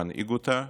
שמנהיג אותה